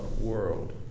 world